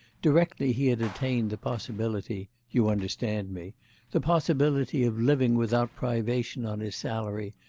directly he had attained the possibility you understand me the possibility of living without privation on his salary,